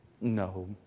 No